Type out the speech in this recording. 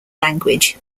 language